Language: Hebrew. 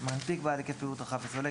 "מנפיק בעל היקף פעילות רחב" ו"סולק